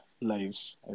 lives